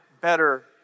better